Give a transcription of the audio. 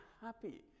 happy